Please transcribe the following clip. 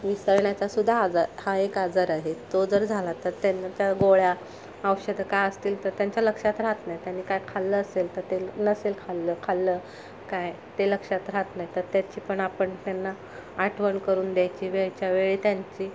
विसरण्याचासुद्धा आजार हा एक आजार आहे तो जर झाला तर त्यांना त्या गोळ्या औषधं का असतील तर त्यांच्या लक्षात राहात नाही त्यांनी काय खाल्लं असेल तर ते नसेल खाल्लं खाल्लं काय ते लक्षात राहात नाही तर त्याची पण आपण त्यांना आठवण करून द्यायची वेळच्यावेळी त्यांची